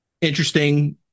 interesting